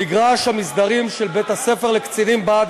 במגרש המסדרים של בית-הספר לקצינים בה"ד